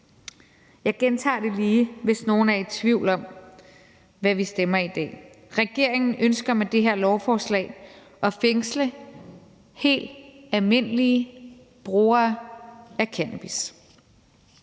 Jeg gentager det lige, hvis nogen er i tvivl om, hvad vi beslutter i dag: Regeringen ønsker med det her lovforslag at fængsle helt almindelige brugere af cannabis.